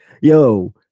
yo